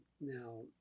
Now